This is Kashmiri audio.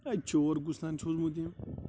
اَ چور کُس تانۍ سوٗزمُت یِم